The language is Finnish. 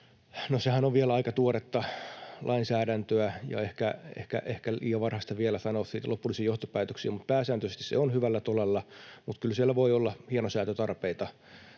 sehän on vielä aika tuoretta lainsäädäntöä, ja ehkä on liian varhaista vielä sanoa siitä lopullisia johtopäätöksiä. Pääsääntöisesti se on hyvällä tolalla, mutta kyllä siellä voi olla hienosäätötarpeita